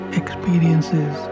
experiences